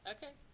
Okay